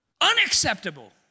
Unacceptable